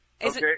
Okay